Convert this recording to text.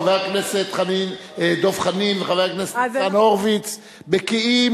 חבר הכנסת דב חנין וחבר הכנסת ניצן הורוביץ בקיאים